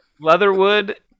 Leatherwood